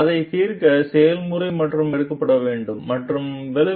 அதைத் தீர்க்க செயல்முறை எவ்வாறு எடுக்கப்பட்டது மற்றும் விளைவு